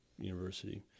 university